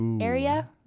area